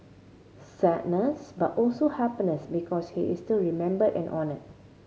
sadness but also happiness because he is still remembered and honoured